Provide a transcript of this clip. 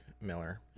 Miller